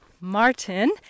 Martin